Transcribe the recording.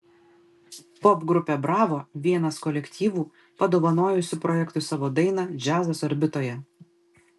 popgrupė bravo vienas kolektyvų padovanojusių projektui savo dainą džiazas orbitoje